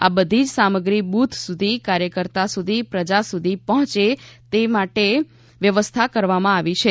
આ બધી જ સામગ્રી બુથ સુધી કાર્યકર્તા સુધી પ્રજા સુધી પહોંચે તે માટે વ્યવસ્થા કરવામાં આવી છે